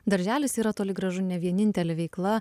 darželis yra toli gražu ne vienintelė veikla